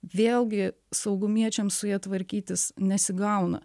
vėlgi saugumiečiams su ja tvarkytis nesigauna